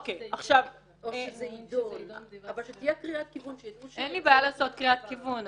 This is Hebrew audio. --- אין לי בעיה לעשות קריאת כיוון,